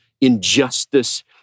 injustice